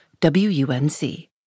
WUNC